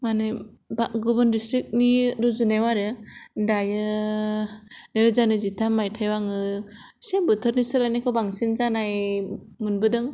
माने गुबुन डिस्ट्रिक्टनि रुजुनायाव आरो दायो नैरोजा नैजिथाम मायथाइयाव आंङो एसे बोथोरनि सोलायनायखौ बांसिन जानाय मोनबोदों